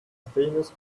famous